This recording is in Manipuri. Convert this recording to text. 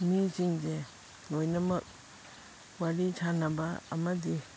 ꯃꯤꯁꯤꯡꯁꯦ ꯂꯣꯏꯅꯃꯛ ꯋꯥꯔꯤ ꯁꯥꯟꯅꯕ ꯑꯃꯗꯤ